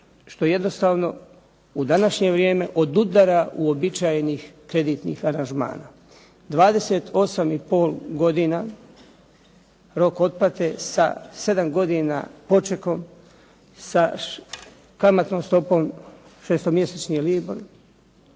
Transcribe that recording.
što jednostavno u današnje vrijeme odudara od uobičajenih kreditnih aranžmana. Dvadeset osam i pol godina rok otplate sa sedam godina počekom, sa kamatnom stopom šestomjesečni